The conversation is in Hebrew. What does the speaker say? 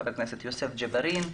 חבר הכנסת יוסף ג'בארין,